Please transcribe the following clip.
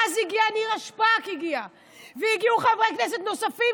ואז הגיעה נירה שפק והגיעו חברי כנסת נוספים,